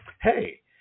hey